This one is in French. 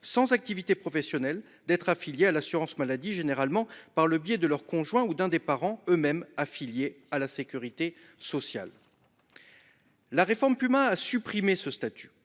sans activité professionnelle d'être affiliés à l'assurance maladie généralement par le biais de leur conjoint ou d'un des parents eux-mêmes affiliés à la sécurité sociale. La réforme Puma a supprimé ce statut.